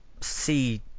see